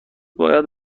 باید